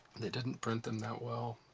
they didn't print them that well.